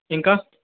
ఇంకా